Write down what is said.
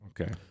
Okay